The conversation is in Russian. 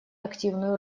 активную